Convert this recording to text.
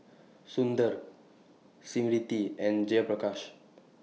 Sundar Smriti and Jayaprakash